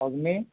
অগ্নি